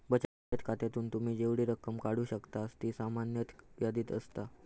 बचत खात्यातून तुम्ही जेवढी रक्कम काढू शकतास ती सामान्यतः यादीत असता